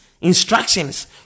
instructions